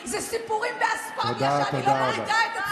זה מה שהיה אמור להיות מתוקצב